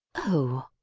oh,